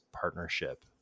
partnership